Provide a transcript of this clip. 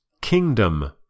Kingdom